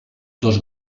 dos